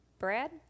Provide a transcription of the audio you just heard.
Brad